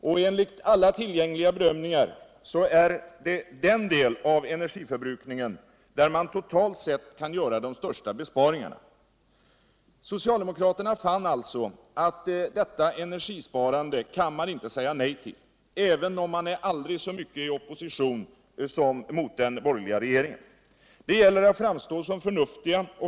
Och enhgt alla tillgängliga bedömningar är det 1 denna det av cnergiförbrukningen som man totalt sett kan göra de största besparingarna. Socialdemokraterna fann alltså aut de inte kunde säga nej till detta energisparande. även om man är aldrig så mycket i opposition mot den borgerliga regeringen. Det gäller att framstå som förnuftig.